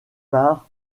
par